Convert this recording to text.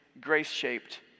grace-shaped